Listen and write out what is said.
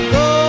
go